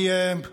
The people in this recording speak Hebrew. אני, כמובן,